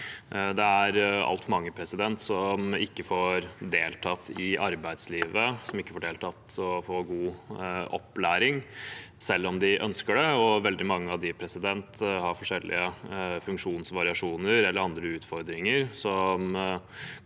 Det er altfor mange som ikke får deltatt i arbeidslivet, og som ikke får deltatt i å få god opplæring, selv om de ønsker det. Veldig mange av dem har forskjellige funksjonsvariasjoner eller andre utfordringer som